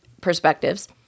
perspectives